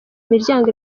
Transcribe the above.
imiryango